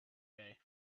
day